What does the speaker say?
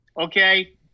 okay